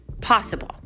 possible